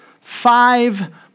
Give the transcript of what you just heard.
five